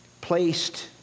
placed